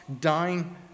dying